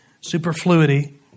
superfluity